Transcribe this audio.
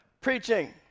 preaching